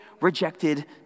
rejected